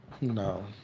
No